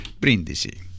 Brindisi